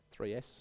3s